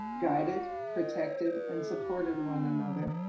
guided, protected and supported one another.